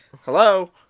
hello